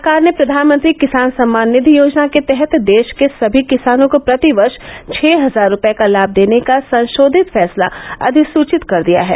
सरकार ने प्रधानमंत्री किसान सम्मान निधि योजना के तहत देश के सभी किसानों को प्रतिवर्ष छह हजार रूपये का लाभ देने का संशोधित फैसला अधिसूचित कर दिया है